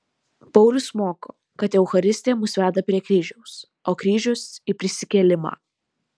paulius moko kad eucharistija mus veda prie kryžiaus o kryžius į prisikėlimą